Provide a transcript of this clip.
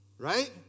Right